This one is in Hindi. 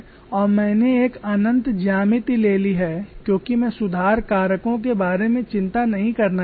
और मैंने एक अनंत ज्यामिति ले ली है क्योंकि मैं सुधार कारकों के बारे में चिंता नहीं करना चाहता